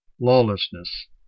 lawlessness